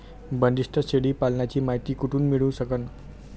बंदीस्त शेळी पालनाची मायती कुठून मिळू सकन?